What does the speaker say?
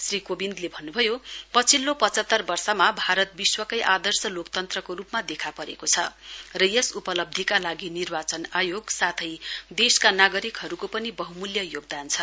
श्री कोविन्दले भन्नुभयो पछिल्लो पचहत्तर वर्षमा भारत विश्वकै आदर्श लोकतन्त्रको रूपमा देखा परेको छ र यस उपलब्धीका लागि निर्वाचन आयोग साथै देशका नागरिकहरूको पनि बहुमूल्य योगदान छ